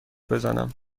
بزنم